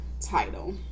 title